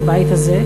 בבית הזה,